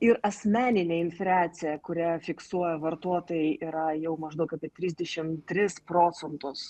ir asmeninė infliacija kurią fiksuoja vartotojai yra jau maždaug apie trisdešimt tris procentus